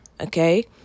okay